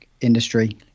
industry